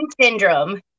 Syndrome